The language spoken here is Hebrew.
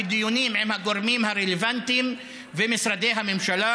בדיונים עם הגורמים הרלוונטיים ומשרדי הממשלה